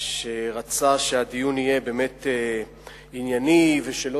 שרצה שהדיון יהיה באמת ענייני ושלא